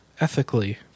ethically